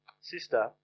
sister